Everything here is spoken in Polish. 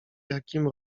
jakim